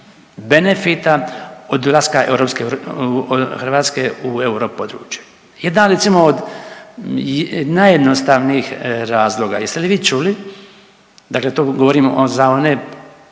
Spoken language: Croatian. benefita od ulaska europske, Hrvatske u europodručje. Jedan recimo od najjednostavnijih razloga, jeste li vi čuli, dakle to govorimo za one